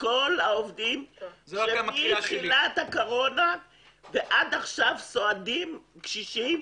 כל העובדים מתחילת הקורונה שסועדים קשישים,